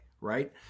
right